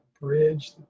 bridge